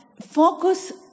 focus